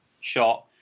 shot